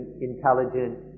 intelligent